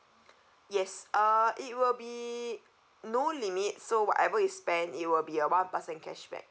yes uh it will be no limit so whatever you spend it will be a one percent cashback